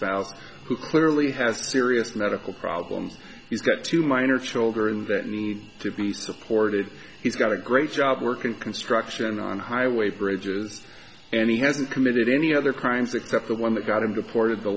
val's who clearly has serious medical problems he's got two minor children but need to be supported he's got a great job working construction on highway bridges and he hasn't committed any other crimes except the one that got him deported the